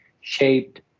shaped